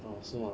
哦是吗